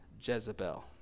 Jezebel